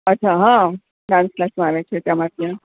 અચ્છા હ ડાન્સ ક્લાસમાં આવે છે તમાર ત્યાં